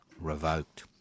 revoked